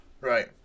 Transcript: Right